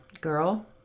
girl